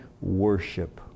worship